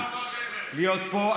להיות פה.